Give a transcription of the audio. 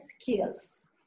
skills